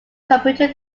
computer